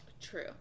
true